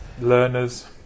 learners